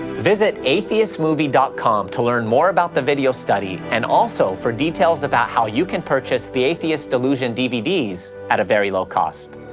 visit atheistmovie dot com to learn more about the video study and also for details about how you can purchase the atheist delusion dvds at a very low cost.